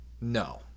No